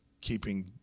keeping